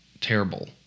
terrible